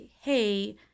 hey